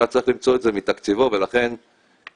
אלא צריך למצוא את זה מתקציבו ולכן כשהדברים